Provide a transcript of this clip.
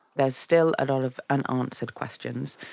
there's still a lot of unanswered questions,